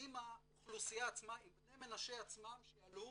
עם האוכלוסייה עצמה, עם בני מנשה עצמם שעלו